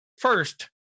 First